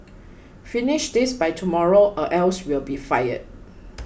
finish this by tomorrow or else will be fired